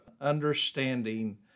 understanding